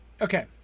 okay